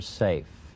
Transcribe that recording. safe